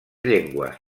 llengües